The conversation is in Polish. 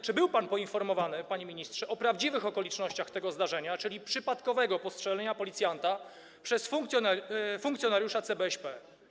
Czy był pan poinformowany, panie ministrze, o prawdziwych okolicznościach tego zdarzenia, czyli przypadkowego postrzelenia policjanta przez funkcjonariusza CBŚP?